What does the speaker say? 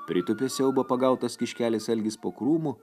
pritūpė siaubo pagautas kiškelis algis po krūmu